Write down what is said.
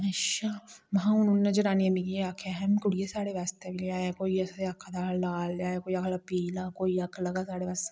अचछा में आखेआ हून जनानियें मिगी एह् आखेआ कुडिये साढ़े आस्तै बी लेई आयां कोई असें गी आखदा हा लाल लेई आयां कोई आक्खा दा हा काला पीला कोई आखन लगा साढ़े आस्तै